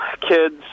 kids